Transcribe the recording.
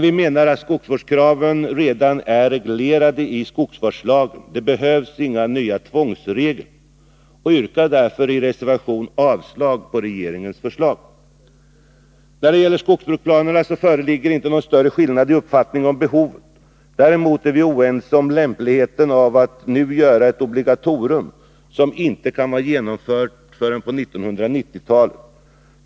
Vi menar att skogsvårdskraven redan är reglerade i skogsvårdslagen och att det inte behövs några nya tvångsregler. Vi yrkar därför avslag på regeringens förslag. När det gäller skogsbruksplanerna föreligger inte någon större skillnad i uppfattning om behovet. Däremot är vi oense om lämpligheten av att nu göra ett obligatorium som inte kan vara genomfört förrän på 1990-talet.